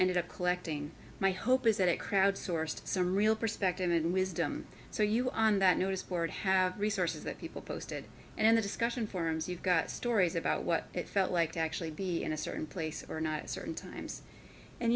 ended up collecting my hope is that it crowd sourced some real perspective and wisdom so you on that notice board have resources that people posted and the discussion forums you've got stories about what it felt like to actually be in a certain place or not certain times and